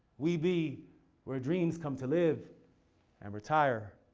we be where dreams come to live and retire.